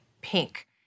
Pink